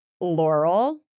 Laurel